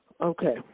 Okay